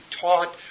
taught